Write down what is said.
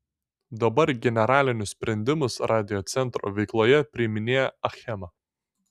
dabar generalinius sprendimus radiocentro veikloje priiminėja achema